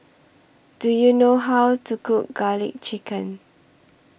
Do YOU know How to Cook Garlic Chicken